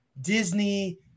Disney